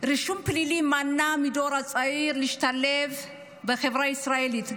רישום פלילי מנע מהדור הצעיר להשתלב בחברה הישראלית.